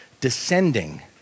descending